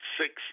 six